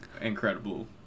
incredible